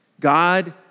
God